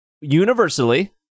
Universally